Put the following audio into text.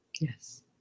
Yes